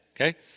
okay